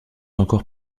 encore